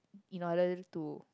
in order to